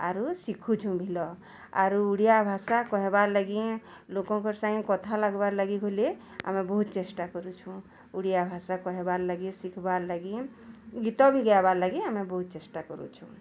ଆରୁ ଶିଖୁଛୁୁଁ ଭଲ ଆରୁ ଓଡ଼ିଆ ଭାଷା କହିବାର୍ ଲାଗି ଲୋକଙ୍କ ସାଙ୍ଗରେ କଥା ହବାର୍ ଲାଗି ବୋଲି ଆମେ ବହୁତ ଚେଷ୍ଟା କରୁଛୁୁଁ ଓଡ଼ିଆ ଭାଷା କହିବାର୍ ଲାଗି ଶିଖିବାର୍ ଲାଗି ଗୀତ ବି ଗାଇବାର୍ ଲାଗି ଆମେ ବହୁତ ଚେଷ୍ଟା କରୁଛୁୁଁ